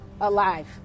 alive